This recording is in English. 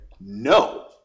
No